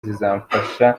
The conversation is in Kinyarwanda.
zizamfasha